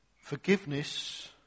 Forgiveness